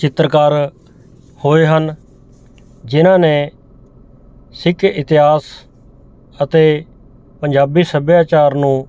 ਚਿੱਤਰਕਾਰ ਹੋਏ ਹਨ ਜਿਹਨਾਂ ਨੇ ਸਿੱਖ ਇਤਿਹਾਸ ਅਤੇ ਪੰਜਾਬੀ ਸੱਭਿਆਚਾਰ ਨੂੰ